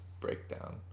breakdown